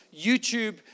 YouTube